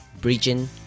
Bridging